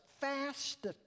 fast